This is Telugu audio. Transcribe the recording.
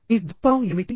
మీ దృక్పథం ఏమిటి